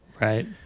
Right